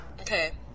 Okay